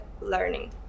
learning